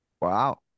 Wow